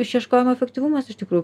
išieškojimo efektyvumas iš tikrųjų